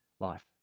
life